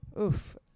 Oof